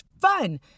fun